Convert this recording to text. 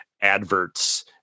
adverts